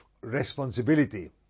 responsibility